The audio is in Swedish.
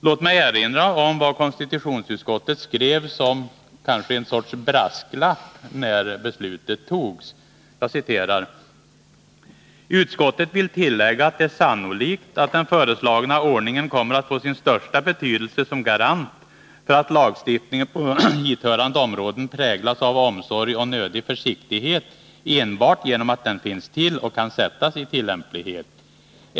Låt mig erinra om vad konstitutionsutskottet skrev, kanske som en sorts brasklapp, när beslutet togs: ”Utskottet vill tillägga att det är sannolikt att den föreslagna ordningen kommer att få sin största betydelse som garant för att lagstiftningen på hithörande områden präglas av omsorg och nödig försiktighet enbart genom att den finns till och kan sättas i tillämplighet.